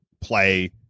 play